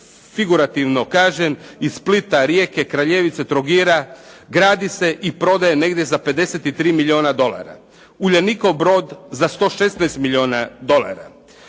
figurativno kažem, iz Splita, Rijeke, Kraljevice, Trogira, gradi se i prodaje negdje za 53 milijuna dolara. "Uljanikov" brod za 116 milijuna dolara.